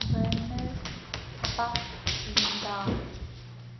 Warner అపాస్ Linda